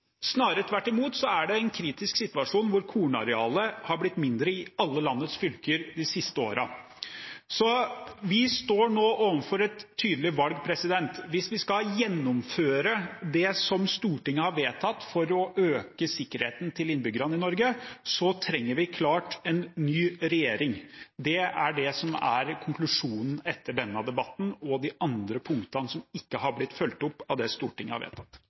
snarere tvert imot er det en kritisk situasjon hvor kornarealet har blitt mindre i alle landets fylker de siste årene. Så vi står nå overfor et tydelig valg. Hvis vi skal gjennomføre det som Stortinget har vedtatt for å øke sikkerheten til innbyggerne i Norge, trenger vi klart en ny regjering. Det er det som er konklusjonen etter denne debatten og de andre punktene som ikke har blitt fulgt opp av det Stortinget har vedtatt.